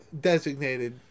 designated